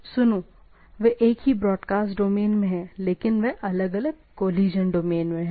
सुनो वे एक ही ब्रॉडकास्ट डोमेन में हैं लेकिन वे अलग अलग कोलिशन डोमेन में हैं